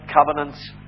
covenants